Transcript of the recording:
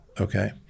okay